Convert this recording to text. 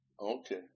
Okay